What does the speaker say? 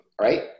right